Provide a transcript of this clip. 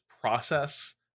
process